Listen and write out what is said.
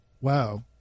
wow